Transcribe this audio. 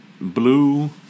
blue